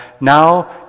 Now